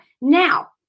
Now